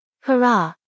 Hurrah